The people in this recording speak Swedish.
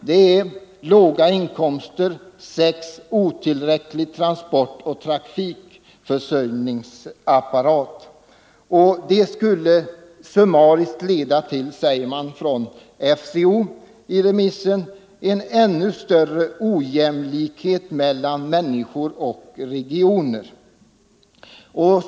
Detta skulle leda till, säger FCO i remissen, en ”ännu större ojämlikhet mellan människor och regioner”.